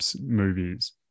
movies